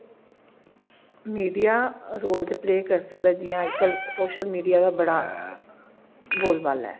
media role ते play करी सकदा जि'यां अज्ज कल सोशल मीडिया दा बड़ा बोलबाला ऐ